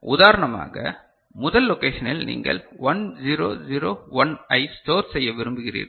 உதாரணமாக முதல் லொகேஷனில் நீங்கள் 1 0 0 1 ஐ ஸ்டோர் செய்ய விரும்புகிறீர்கள்